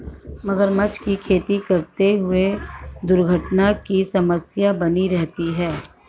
मगरमच्छ की खेती करते हुए दुर्घटना की समस्या बनी रहती है